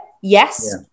yes